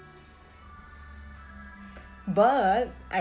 I